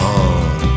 on